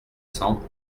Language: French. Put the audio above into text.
cents